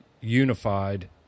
unified